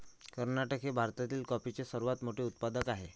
कर्नाटक हे भारतातील कॉफीचे सर्वात मोठे उत्पादक आहे